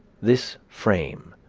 this frame,